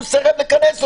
הוא סירב לכנס אותה,